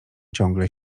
ciągle